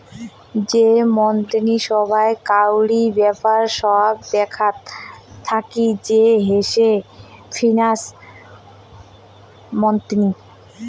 যে মন্ত্রী সভায় কাউরি ব্যাপার সব দেখাত থাকি সে হসে ফিন্যান্স মন্ত্রী